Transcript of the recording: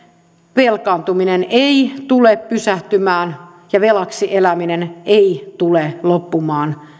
velkaantuminen ei tule pysähtymään ja velaksi eläminen ei tule loppumaan